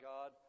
God